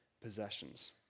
possessions